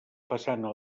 façana